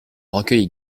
recueille